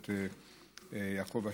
הכנסת יעקב אשר.